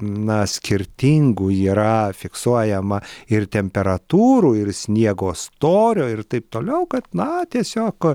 na skirtingų yra fiksuojama ir temperatūrų ir sniego storio ir taip toliau kad na tiesiog